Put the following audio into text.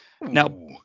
Now